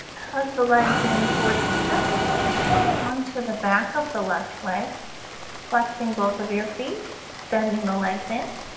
hug the legs in towards the chest holding on to the back of the left leg flexing both of your feet bending the legs in